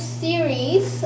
series